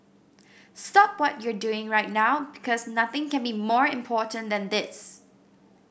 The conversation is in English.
stop what you're doing right now because nothing can be more important than this